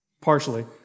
Partially